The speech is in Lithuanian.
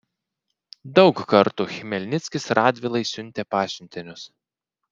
daug kartų chmelnickis radvilai siuntė pasiuntinius